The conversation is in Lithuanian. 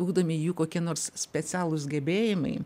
ugdomi jų kokie nors specialūs gebėjimai